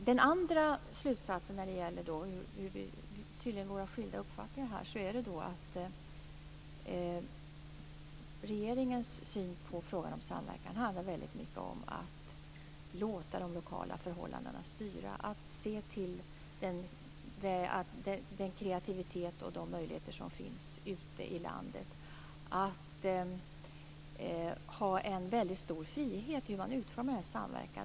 Den andra slutsatsen när det gäller våra skilda uppfattningar är att regeringens syn på frågan om samverkan handlar om att låta de lokala förhållandena styra, och se till den kreativitet och de möjligheter som finns ute i landet, och att ha en stor frihet när det gäller hur man utformar denna samverkan.